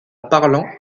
parlant